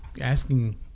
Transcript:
asking